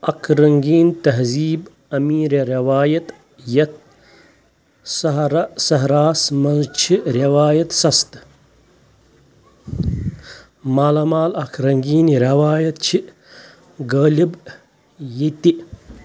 اَکھ رٔنٛگیٖن تہذیٖب امیٖرِ رِوایت یتھ صحرا صحراہَس منٛز چھِ رِوایت سَستہٕ مالامال اَکھ رٔنٛگیٖن رِوایت چھِ غٲلِب ییٚتہِ